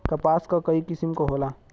कपास क कई किसिम क होला